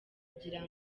kugira